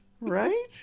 right